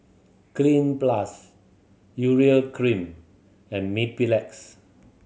Cleanz Plus Urea Cream and Mepilex